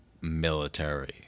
military